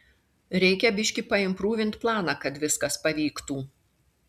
reikia biškį paimprūvint planą kad viskas pavyktų